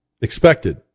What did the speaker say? expected